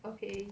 okay